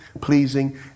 pleasing